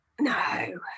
No